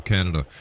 Canada